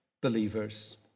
believers